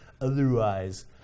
otherwise